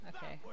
Okay